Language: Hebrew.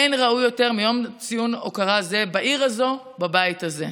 אין ראוי יותר מיום ציון הוקרה זה בעיר הזאת בבית הזה.